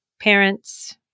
parents